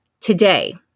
Today